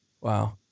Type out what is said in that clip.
Wow